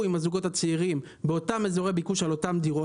עם הזוגות הצעירים באותם אזורי ביקוש על אותן דירות.